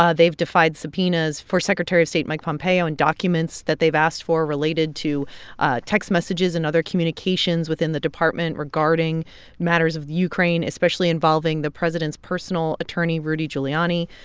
ah they've defied subpoenas for secretary of state mike pompeo and documents that they've asked for related to text messages and other communications within the department regarding matters of ukraine, especially involving the president's personal attorney, rudy giuliani.